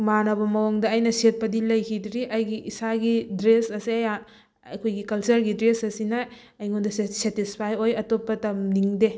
ꯃꯥꯅꯕ ꯃꯑꯣꯡꯗ ꯑꯩꯅ ꯁꯦꯠꯄꯗꯤ ꯂꯩꯈꯤꯗ꯭ꯔꯤ ꯑꯩꯒꯤ ꯏꯁꯥꯒꯤ ꯗ꯭ꯔꯦꯁ ꯑꯁꯦ ꯑꯩꯈꯣꯏꯒꯤ ꯀꯜꯆꯔꯒꯤ ꯗ꯭ꯔꯦꯁ ꯑꯁꯤꯅ ꯑꯩꯉꯣꯟꯗ ꯁꯦꯇꯤꯁꯐꯥꯏ ꯑꯣꯏ ꯑꯇꯣꯞꯄ ꯇꯝꯅꯤꯡꯗꯦ